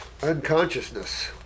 Unconsciousness